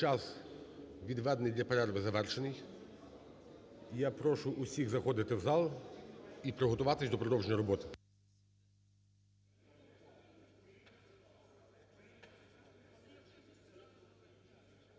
час відведений для перерви, завершений. Я прошу всіх заходити в зал і приготуватись до продовження роботи.